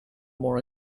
more